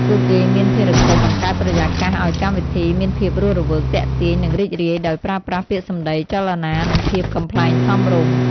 ពួកគេមានភារកិច្ចបង្កើតបរិយាកាសឱ្យកម្មវិធីមានភាពរស់រវើក ទាក់ទាញ និងរីករាយ ដោយប្រើប្រាស់ពាក្យសម្ដី ចលនា និងភាពកំប្លែងសមរម្យ។